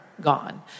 gone